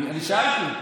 אני שאלתי.